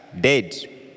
dead